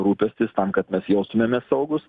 rūpestis tam kad mes jaustumėmės saugūs